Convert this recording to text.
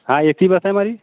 हाँ एक ही बस है हमारी